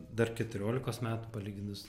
dar keturiolikos metų palyginus